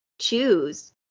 choose